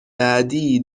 بعدیای